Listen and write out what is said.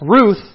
Ruth